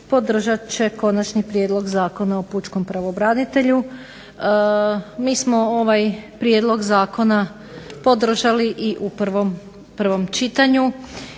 podržat će Konačni prijedlog zakona o pučkom pravobranitelju. Mi smo ovaj prijedlog zakona podržali u prvom čitanju